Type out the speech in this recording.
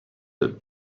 that